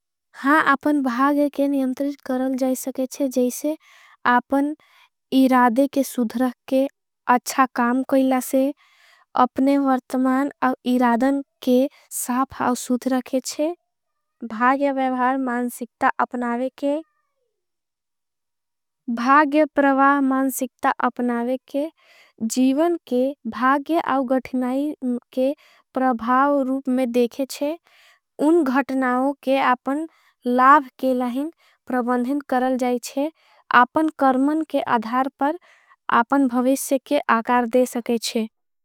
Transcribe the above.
हाँ आपन भागे के नियंतरित करल जाए सकेचे। जैसे आपन इरादे के सुद्रख के अच्छा काम कोई। लासे अपने वर्तमान और इरादन के साफ़ाव सुद्रखेचे। भागे प्रवाह मानसिक्ता अपनावे के जीवन के भागे। अउगटिनाई के प्रभाव रूप में देखेचे उन घटनाओं के। आपन लाभ के लाहिन प्रबंधिन करल जाएचे आपन। रमन के आधार पर आपन भविस्य के आकार दे सकेचे।